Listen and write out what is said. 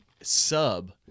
sub